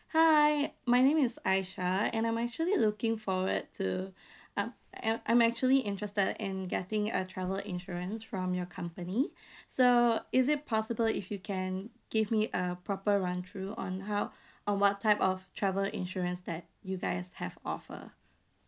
hi my name is aisha and I'm actually looking forward to um I~ I'm actually interested in getting a travel insurance from your company so is it possible if you can give me a proper run through on how on what type of travel insurance that you guys have offer